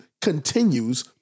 continues